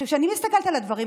כשאני מסתכלת על הדברים,